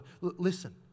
Listen